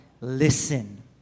listen